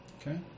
Okay